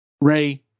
Ray